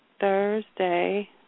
Thursday